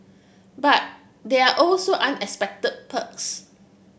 but there are also unexpected perks